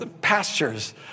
pastures